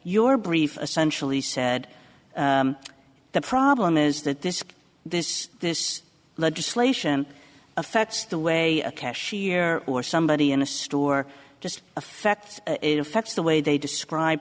your brief essentially said the problem is that this this this legislation affects the way a cashier or somebody in a store just affects it affects the way they describe